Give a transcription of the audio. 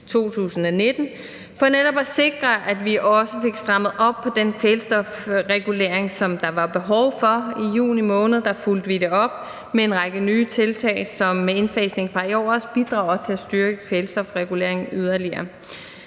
2019 for netop at sikre, at vi også fik strammet op på den kvælstofregulering, der var behov for. I juni måned fulgte vi det op med en række nye tiltag, som med indfasningen fra i år også bidrager til at styrke kvælstofreguleringen yderligere